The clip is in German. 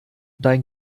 dein